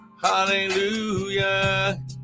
Hallelujah